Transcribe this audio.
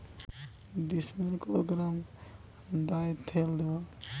ডিস্মেলে কত gram Dithane দেবো?